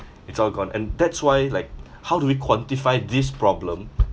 it's all gone and that's why like how do we quantify this problem